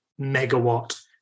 megawatt